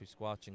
squatching